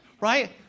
Right